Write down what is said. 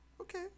okay